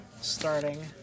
starting